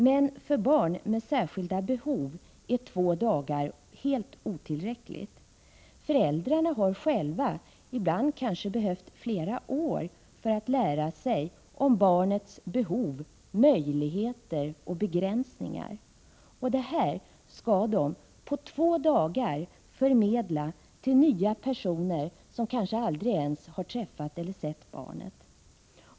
Men för barn med särskilda behov är två dagar helt otillräckligt. Föräldrarna har själva kanske behövt flera år för att lära sig barnets behov, möjligheter och begränsningar. De skall nu på två dagar förmedla detta till nya personer, som kanske aldrig ens träffat eller sett barnet.